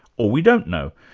or we don't know,